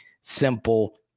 simple